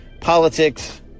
politics